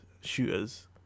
shooters